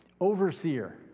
Overseer